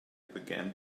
began